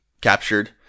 captured